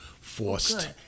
forced